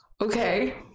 okay